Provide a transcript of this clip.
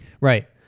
right